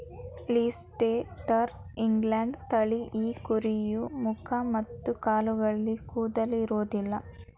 Leicester England ತಳಿ ಈ ಕುರಿಯ ಮುಖ ಮತ್ತು ಕಾಲುಗಳಲ್ಲಿ ಕೂದಲು ಇರೋದಿಲ್ಲ